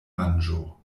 manĝo